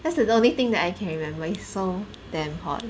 that's the only thing that I can remember it's so damn hot